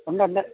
ഉണ്ട് ഉണ്ട്